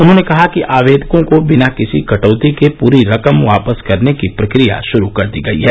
उन्होंने कहा कि आवेदकों को बिना किसी कटौती के पूरी रकम वापस करने की प्रक्रिया श्रू कर दी गई है